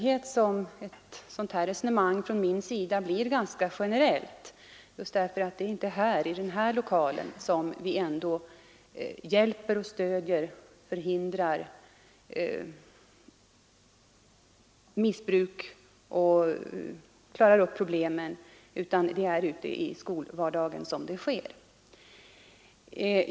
Ett sådant här resonemang blir från min sida med nödvändighet ganska generellt därför att det inte är i den här lokalen som vi kan hjälpa och stödja, förhindra missbruk och klara upp problem, utan det måste ske i skolvardagen.